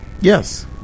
yes